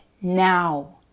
now